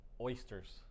Oysters